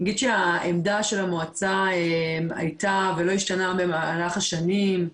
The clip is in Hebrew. אני אגיד שהעמדה של המועצה הייתה ולא השתנה הרבה במהלך השנים,